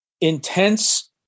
intense